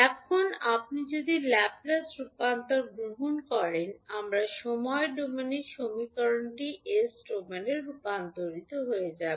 এখন আপনি যদি ল্যাপ্লেস রূপান্তর গ্রহণ করেন আমরা সময় ডোমেন সমীকরণটি এস ডোমেনে রূপান্তরিত হয়ে যাব